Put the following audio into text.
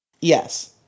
Yes